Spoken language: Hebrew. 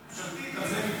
להזכיר.